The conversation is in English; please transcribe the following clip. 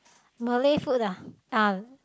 Malay food ah uh